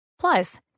Plus